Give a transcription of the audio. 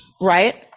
right